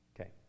okay